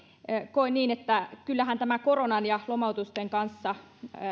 koen niin että kyllähän tämä koronan ja lomautusten kanssa